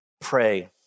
Pray